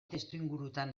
testuingurutan